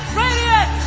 radiant